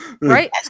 right